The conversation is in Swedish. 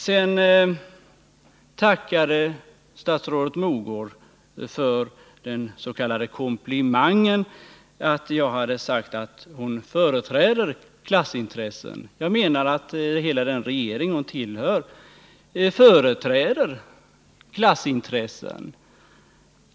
: Sedan tackade statsrådet Mogård för den s.k. komplimangen. Jag hade sagt att hon företräder klassintressen. Jag menar att hela den regering hon tillhör företräder klassintressen.